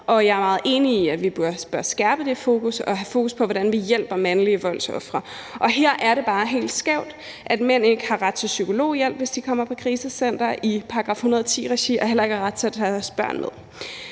Jeg er meget enig i, at vi bør skærpe det fokus og have fokus på, hvordan vi hjælper mandlige voldsofre. Her er det bare helt skævt, at mænd ikke har ret til psykologhjælp, hvis de kommer på krisecenter i § 110-regi, og heller ikke har ret til at tage deres børn med.